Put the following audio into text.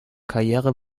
karriere